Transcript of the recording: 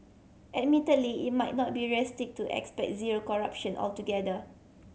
admittedly it might not be realistic to expect zero corruption altogether